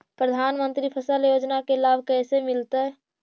प्रधानमंत्री फसल योजना के लाभ कैसे मिलतै?